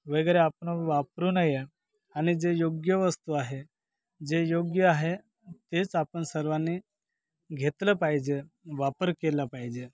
वगैरे आपण वापरू नये आणि जे योग्य वस्तू आहे जे योग्य आहे तेच आपण सर्वांनी घेतलं पाहिजे वापर केलं पाहिजे